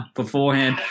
beforehand